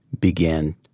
began